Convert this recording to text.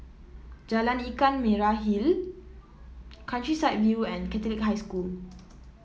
Jalan Ikan Merah Hill Countryside View and Catholic High School